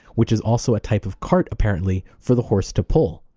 which is also a type of cart apparently for the horse to pull.